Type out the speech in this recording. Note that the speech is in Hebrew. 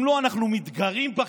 אם לא, אנחנו מתגרים בכם.